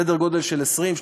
סדר גודל של 20,